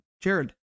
Jared